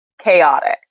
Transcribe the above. chaotic